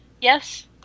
Yes